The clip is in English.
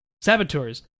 Saboteurs